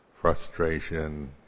frustration